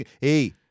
Hey